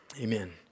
amen